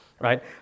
right